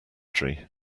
tree